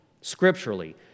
Scripturally